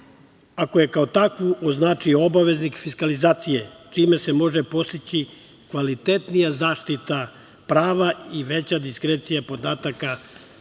ako je kao takvu znači obaveznik fiskalizacije čime se može postići kvalitetnija zaštita prva i veća diskrecija podataka